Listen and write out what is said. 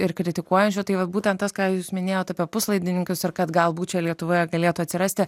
ir kritikuojančių tai vat būtent tas ką jūs minėjote apie puslaidininkius ir kad galbūt lietuvoje galėtų atsirasti